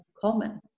common